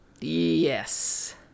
yes